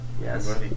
Yes